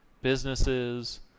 businesses